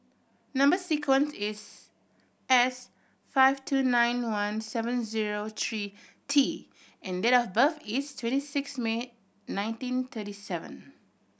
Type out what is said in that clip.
number sequence is S five two nine one seven zero three T and date of birth is twenty six May nineteen thirty seven